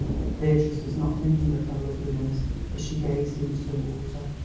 but beatrice was not thinking of her loveliness as she gazed into the water.